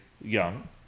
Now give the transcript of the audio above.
young